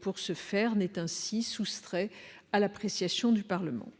pour ce faire n'est ainsi soustrait à l'appréciation du Parlement.